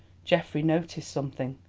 geoffrey noticed something.